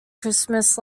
christmas